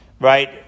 right